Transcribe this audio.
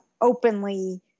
openly